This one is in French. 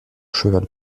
cheval